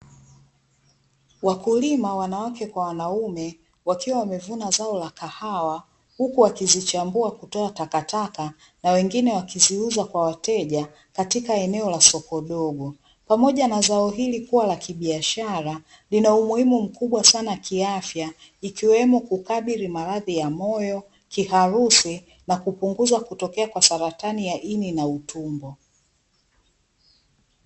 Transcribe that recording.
Wakulima wanawake kwa wanaume wakiwa wamevuna zao la kahawa, huku wakizichambua kutoa takataka na wengine wakiziuza kwa wateja katika eneo la soko dogo. Pamoja na zao hili kuwa la kibiashara, lina umuhimu mkubwa sana kiafya ikiwemo kukabili maradhi ya moyo, kiharusi na kupunguza kutokea kwa saratani ya ini na utumbo.